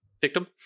victim